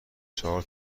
چهار